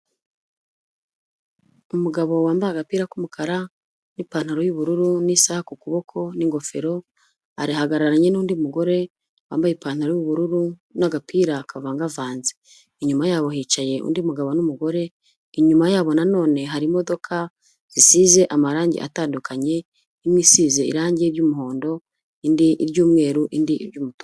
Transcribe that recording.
Umugabo wambaye agapira k'umukara n'ipantaro y'ubururu n'isaha ku kuboko n'ingofero, ahagararanye n'undi mugore, wambaye ipantaro y'ubururu n'agapira kavangavanze, inyuma yabo hicaye undi mugabo n'umugore, inyuma yabo nanone hari imodoka, zisize amarangi atandukanye, imwe isize irangi ry'umuhondo, indi iry'umweru, indi iry'umutuku.